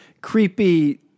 creepy